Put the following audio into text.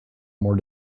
more